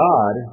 God